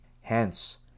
Hence